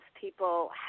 people